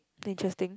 interesting